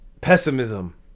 pessimism